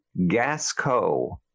Gasco